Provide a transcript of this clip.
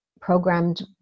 programmed